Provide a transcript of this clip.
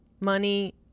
Money